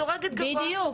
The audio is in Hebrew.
מדורגת גבוה -- בדיוק.